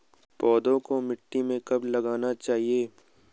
पौधों को मिट्टी में कब लगाना चाहिए?